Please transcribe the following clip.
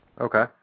Okay